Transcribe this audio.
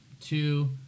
Two